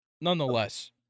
nonetheless